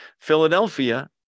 Philadelphia